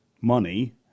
money